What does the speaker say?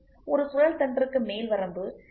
ஒரு சுழல் தண்டிற்கு மேல் வரம்பு 20